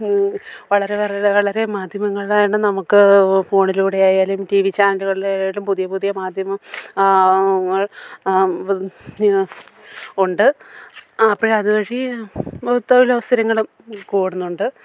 വളരെ വളരെ മാധ്യമങ്ങളായത് കൊണ്ട് നമുക്ക് ഫോണിലൂടെ ആയാലും ടിവി ചാനലുകളിലായാലും പുതിയ പുതിയ മാധ്യമം ഉണ്ട് അപ്പഴ് അതുവഴി തൊഴിലവസരങ്ങളും കൂടുന്നുണ്ട്